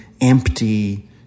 empty